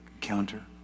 counter